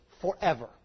forever